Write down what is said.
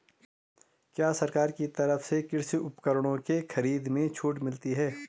क्या सरकार की तरफ से कृषि उपकरणों के खरीदने में छूट मिलती है?